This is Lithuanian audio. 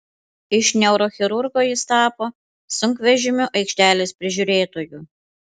iš neurochirurgo jis tapo sunkvežimių aikštelės prižiūrėtoju